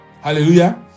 hallelujah